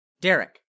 Derek